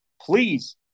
please